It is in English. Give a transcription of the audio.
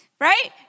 right